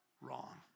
wrong